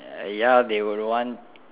ya they would want